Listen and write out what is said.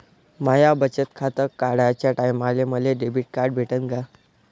माय बचत खातं काढाच्या टायमाले मले डेबिट कार्ड भेटन का?